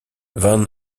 van